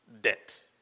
debt